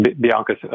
Bianca's